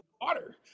water